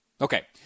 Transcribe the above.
Okay